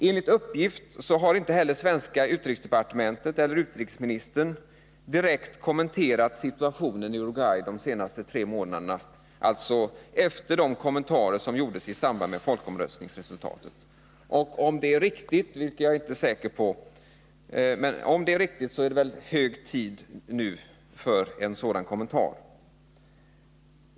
Enligt uppgift har inte heller svenska utrikesdepartementet eller utrikesministern direkt kommenterat situationen i Uruguay de senaste tre månaderna, dvs. efter de kommentarer som gjordes i samband med folkomröstningsresultatet. Och om det är riktigt — vilket jag inte är säker på — är det nu hög tid för en sådan kommentar.